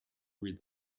read